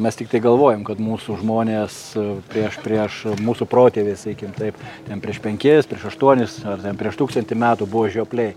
mes tiktai galvojam kad mūsų žmonės prieš prieš mūsų protėviai sakykim taip ten prieš penkias prieš aštuonis ar ten prieš tūkstantį metų buvo žiopliai